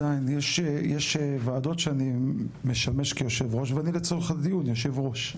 יש ועדות שאני משמש כיושב-ראש ואני לצורך הדיון יושב-ראש.